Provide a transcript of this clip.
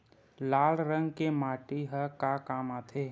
लाल रंग के माटी ह का काम आथे?